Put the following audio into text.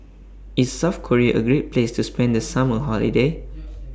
IS South Korea A Great Place to spend The Summer Holiday